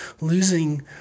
losing